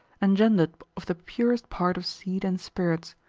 engendered of the purest part of seed and spirits,